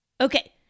Okay